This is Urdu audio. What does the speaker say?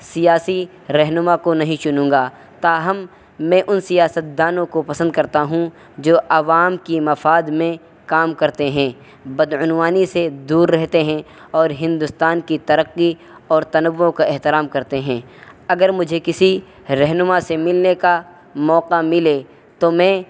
سیاسی رہنما کو نہیں چنوں گا تاہم میں ان سیاستدانوں کو پسند کرتا ہوں جو عوام کی مفاد میں کام کرتے ہیں بدعنوانی سے دور رہتے ہیں اور ہندوستان کی ترقی اور تنوع کا احترام کرتے ہیں اگر مجھے کسی رہنما سے ملنے کا موقع ملے تو میں